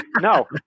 No